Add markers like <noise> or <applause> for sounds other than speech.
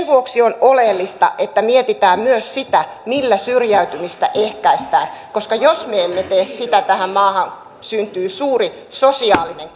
<unintelligible> vuoksi on oleellista että mietitään myös millä syrjäytymistä ehkäistään koska jos me emme tee sitä tähän maahan syntyy suuri sosiaalinen <unintelligible>